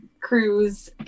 cruise